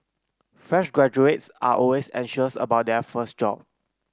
fresh graduates are always anxious about their first job